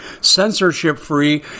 censorship-free